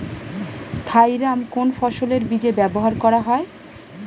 Thiram কোন ফসলের বীজে ব্যবহার করা হয়?